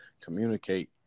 communicate